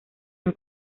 han